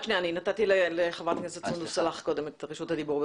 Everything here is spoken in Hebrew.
נתתי לחברת הכנסת סונדוס סאלח קודם את רשות הדיבור.